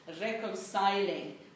Reconciling